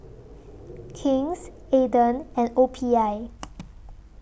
King's Aden and O P I